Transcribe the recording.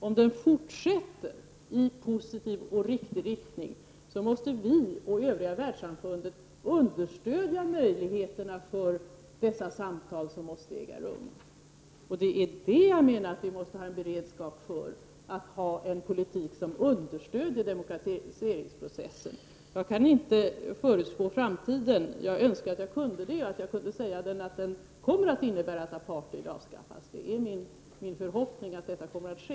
Om den fortsätter i positiv och rätt riktning måste vi och övriga världssamfundet understödja möjligheterna för de samtal som måste äga rum. Jag menar att vi måste ha en beredskap för en politik som understöder demokratiseringsprocessen. Jag kan inte förutspå framtiden — jag önskar att jag kunde det och att jag kunde se att den kommer att innebära att apartheid avskaffas; det är min förhoppning att det kommer att ske.